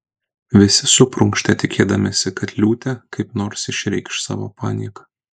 visi suprunkštė tikėdamiesi kad liūtė kaip nors išreikš savo panieką